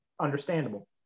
Understandable